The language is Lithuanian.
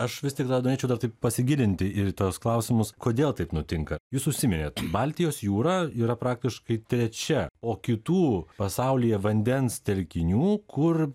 aš vis tik dar norėčiau dar taip pasigilinti ir į tuos klausimus kodėl taip nutinka jūs užsiminėt baltijos jūra yra praktiškai trečia o kitų pasaulyje vandens telkinių kur